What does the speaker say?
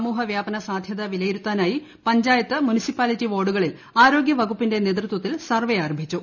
സമൂഹ വ്യാപന സാധ്യത വിലയിരുത്താനായി പഞ്ചായത്ത് മുനിസിപ്പാലിറ്റി വാർഡുകളിൽ ആരോഗ്യവകുപ്പിന്റെ നേതൃത്വത്തിൽ സർവ്വെ ആരംഭിച്ചു